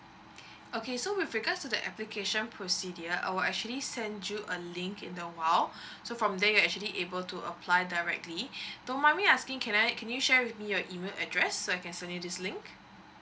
okay so with regards to the application procedure I'll actually send you a link in a while so from there you're actually able to apply directly don't mind me asking can I can you share with me your email address so I can send you this link